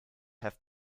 have